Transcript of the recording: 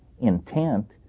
intent